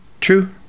true